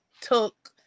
took